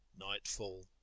nightfall